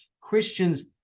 Christians